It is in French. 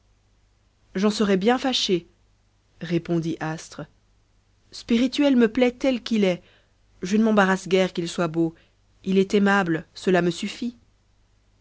j'en serais bien fâchée répondit astre sprirituel me plaît tel qu'il est je ne m'embarrasse guère qu'il soit beau il est aimable cela me suffit